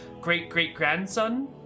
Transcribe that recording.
great-great-grandson